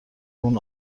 اون